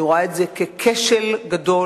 אני רואה את זה ככשל גדול.